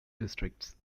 districts